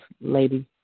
lady